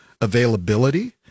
availability